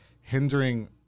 hindering